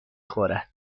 خورد